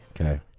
Okay